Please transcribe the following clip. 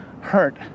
hurt